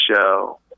show